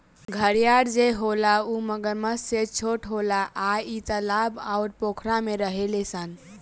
घड़ियाल जे होला उ मगरमच्छ से छोट होला आ इ तालाब अउर पोखरा में रहेले सन